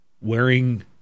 wearing